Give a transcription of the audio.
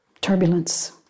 turbulence